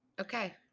Okay